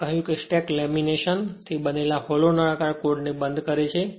મેં કહ્યું કે સ્ટેક્ડ લેમિનેશન્સ થી બનેલા હોલો નળાકાર કોડને જે બંધ કરે છે